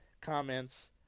comments